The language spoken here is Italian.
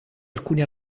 alcune